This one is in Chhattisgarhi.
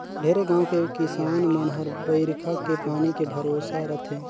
ढेरे गाँव के किसान मन हर बईरखा के पानी के भरोसा रथे